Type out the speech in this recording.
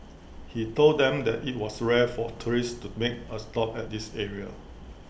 he told them that IT was rare for tourists to make A stop at this area